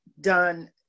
done